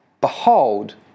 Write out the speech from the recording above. Behold